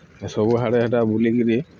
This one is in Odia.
ସବୁ ଆଡ଼େ ହେଟା ବୁଲିକିରି